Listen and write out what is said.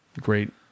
Great